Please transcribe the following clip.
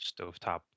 stovetop